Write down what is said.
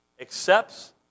accepts